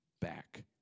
back